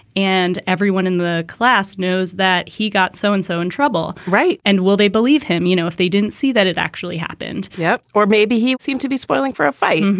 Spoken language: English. and everyone in the class knows that he got so-and-so so and so in trouble. right. and will they believe him? you know, if they didn't see that it actually happened yeah. or maybe he seemed to be spoiling for a fight.